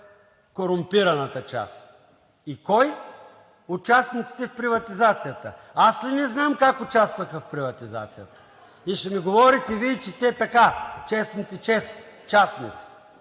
корумпираната част“. И кой? Участниците в приватизацията. Аз ли не знам как участваха в приватизацията? И ще ми говорите Вие, че те така, честните частници,